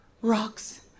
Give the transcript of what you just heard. rocks